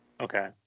Okay